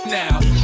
now